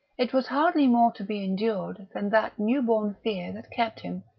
it was hardly more to be endured than that new-born fear that kept him,